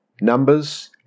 numbers